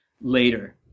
later